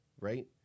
right